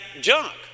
junk